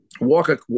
Walker